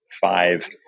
five